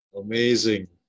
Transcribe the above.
Amazing